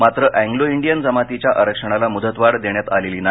मात्र Anglo Indian जमातीच्या आरक्षणाला मुदतवाढ देण्यात आलेली नाही